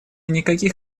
никаких